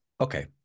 Okay